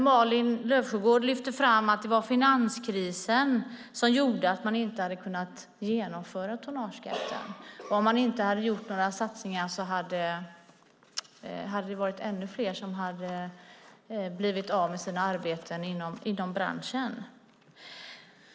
Malin Löfsjögård lyfte fram att det var finanskrisen som gjort att man inte hade kunnat genomföra tonnageskatten. Och om man inte hade gjort några satsningar hade det varit ännu fler som hade blivit av med sina arbeten inom branschen.